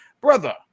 brother